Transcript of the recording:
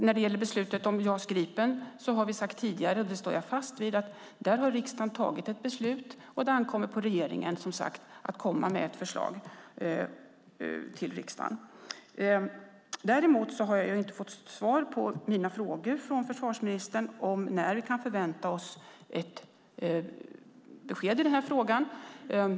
När det gäller beslutet om JAS Gripen har vi sagt tidigare, och det står jag fast vid, att riksdagen har fattat ett beslut och att det ankommer på regeringen att komma med ett förslag till riksdagen. Däremot har jag inte fått svar från försvarsministern på mina frågor om när vi kan förvänta oss ett besked i den här frågan.